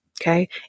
Okay